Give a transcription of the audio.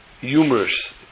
humorous